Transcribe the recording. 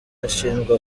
ashinjwa